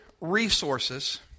resources